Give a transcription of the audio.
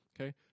okay